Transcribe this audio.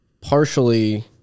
partially